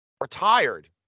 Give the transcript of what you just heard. retired